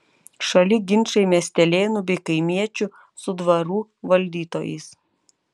šaly ginčai miestelėnų bei kaimiečių su dvarų valdytojais